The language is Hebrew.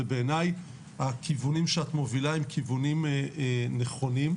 ובעיניי הכיוונים שאת מובילה הם כיוונים נכונים,